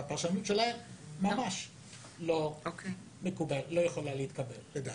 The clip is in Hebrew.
והפרשנות שלהם ממש לא יכולה להתקבל, לדעתי.